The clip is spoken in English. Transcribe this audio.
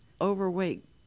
overweight